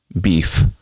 beef